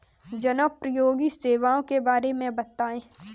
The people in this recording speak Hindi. जनोपयोगी सेवाओं के बारे में बताएँ?